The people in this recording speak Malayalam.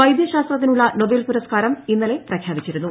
വൈദ്യശാസ്ത്രത്തിനുള്ള നൊബേൽ പുരസ്കാരം ഇന്നലെ പ്രഖ്യാപിച്ചിരുന്നു